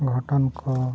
ᱜᱷᱚᱴᱚᱱ ᱠᱚ